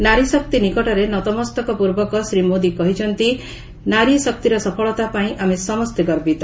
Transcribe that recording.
ନାରୀଶକ୍ତି ନିକଟରେ ନତମସ୍ତକ ପୂର୍ବକ ଶ୍ରୀ ମୋଦି କହିଛନ୍ତି ନାରୀଶକ୍ତିର ସଫଳତାପାଇଁ ଆମେ ସମସ୍ତେ ଗର୍ବିତ